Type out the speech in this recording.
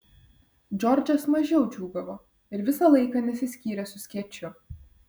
džordžas mažiau džiūgavo ir visą laiką nesiskyrė su skėčiu